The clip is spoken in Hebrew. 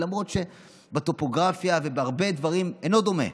למרות שבטופוגרפיה ובהרבה דברים זה אינו דומה.